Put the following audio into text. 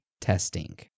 testing